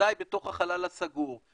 בוודאי בתוך החלל הסגור,